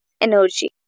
energy